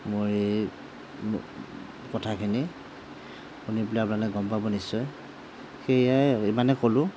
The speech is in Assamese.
মোৰ এই কথাখিনি শুনি পেলাই আপোনালোকে গম পাব নিশ্চয় সেইয়াই আৰু ইমানেই ক'লোঁ